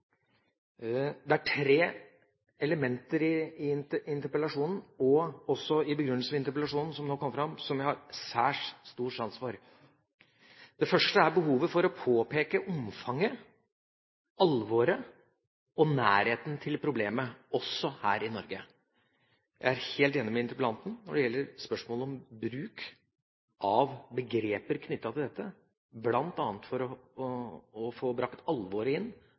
Det er tre elementer i interpellasjonen – også i begrunnelsen for interpellasjonen – som nå kom fram, og som jeg har særs stor sans for. Det første er behovet for å påpeke omfanget, alvoret og nærheten til problemet, også her i Norge. Jeg er helt enig med interpellanten når det gjelder spørsmålet om bruk av begreper knyttet til dette, bl.a. for å få brakt